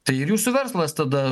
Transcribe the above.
tai ir jūsų verslas tada